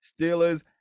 Steelers